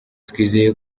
twizeye